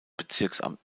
bezirksamt